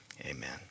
amen